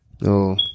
no